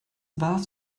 warf